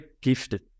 gifted